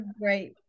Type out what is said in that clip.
great